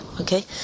Okay